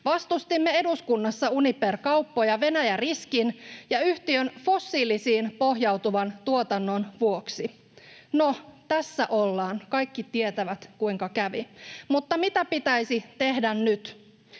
Vastustimme eduskunnassa Uniper-kauppoja Venäjä-riskin ja yhtiön fossiilisiin pohjautuvan tuotannon vuoksi. No, tässä ollaan, kaikki tietävät, kuinka kävi. Mutta mitä pitäisi tehdä nyt?